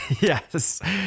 Yes